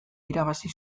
irabazi